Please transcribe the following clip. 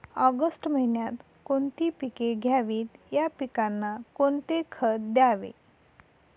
August महिन्यात कोणती पिके घ्यावीत? या पिकांना कोणते खत द्यावे?